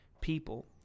people